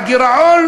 הגירעון,